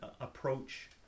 approach